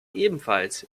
ebenfalls